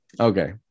Okay